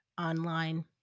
online